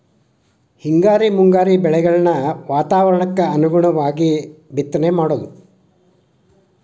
ಹಿಂಗಾರಿ ಮುಂಗಾರಿ ಬೆಳೆಗಳನ್ನ ವಾತಾವರಣಕ್ಕ ಅನುಗುಣವಾಗು ಬಿತ್ತನೆ ಮಾಡುದು